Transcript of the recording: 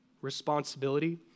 responsibility